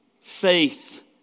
faith